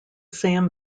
sam